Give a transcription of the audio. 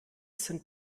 sind